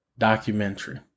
documentary